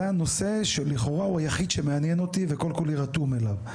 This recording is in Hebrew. זה הנושא שלכאורה הוא היחיד שמעניין אותי וכל כולי רתום אליו.